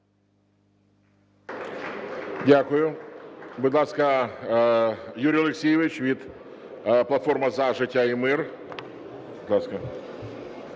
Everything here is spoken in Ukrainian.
Дякую. Будь ласка, Юрій Олексійович від "Платформи за життя і мир".